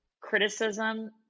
criticism